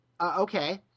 okay